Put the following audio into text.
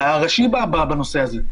הראשי בנושא הזה.